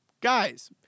Guys